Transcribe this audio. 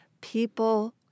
People